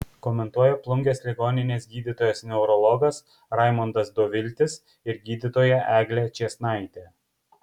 komentuoja plungės ligoninės gydytojas neurologas raimondas doviltis ir gydytoja eglė čėsnaitė